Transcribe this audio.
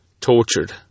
tortured